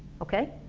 okay?